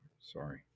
Sorry